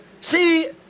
See